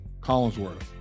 Collinsworth